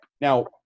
Now